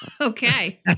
Okay